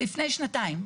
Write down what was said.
לפני שנתיים.